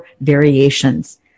variations